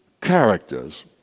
characters